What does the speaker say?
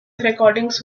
recordings